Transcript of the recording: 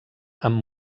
amb